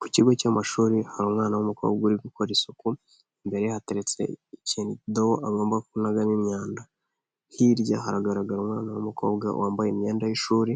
Ku kigo cy'amashuri hari umwana w'umukobwa uri gukora isuku, imbere ye hateretse ikidobo agomba kunagamo imyanda, hirya hagaragara w'umukobwa wambaye imyenda y'ishuri,